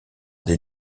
des